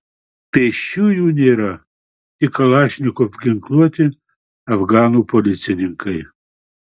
pėsčiųjų nėra tik kalašnikov ginkluoti afganų policininkai